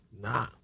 Nah